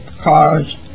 cars